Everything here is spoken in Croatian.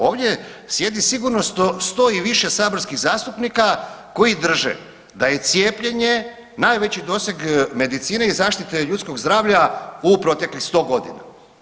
Ovdje sjedi sigurno 100 i više saborskih zastupnika koji drže da je cijepljenje najveći doseg medicine i zaštite ljudskog zdravlja u proteklih 100 godina.